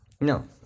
No